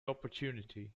opportunity